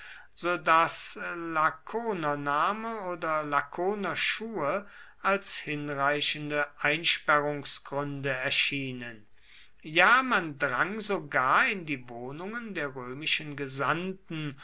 daß lakonername oder lakonerschuhe als hinreichende einsperrungsgründe erschienen ja man drang sogar in die wohnungen der römischen gesandten